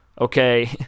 okay